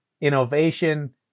innovation